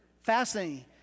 Fascinating